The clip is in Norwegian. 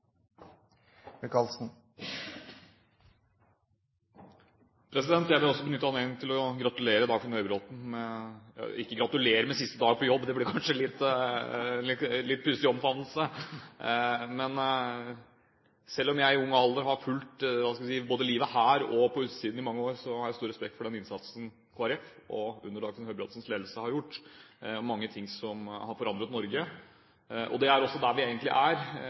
Jeg vil også benytte anledningen ikke å gratulere Dagfinn Høybråten med siste dag på jobb – det blir kanskje en litt pussig omfavnelse – men til å si at jeg i mange år, fra ung alder, har fulgt både livet her og livet på utsiden. Og jeg har stor respekt for den innsatsen Kristelig Folkeparti har gjort under Dagfinn Høybråtens ledelse – mange ting som har forandret Norge. Og det er også der vi egentlig er,